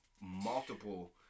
multiple